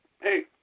hey